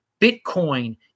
Bitcoin